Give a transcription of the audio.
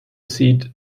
sieht